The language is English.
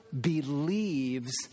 believes